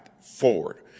forward